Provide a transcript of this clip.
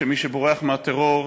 שמי שבורח מהטרור,